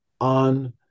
on